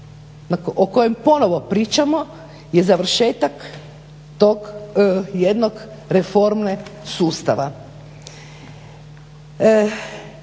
o kojem ponovo pričamo je završetak tog jednog reforme sustava.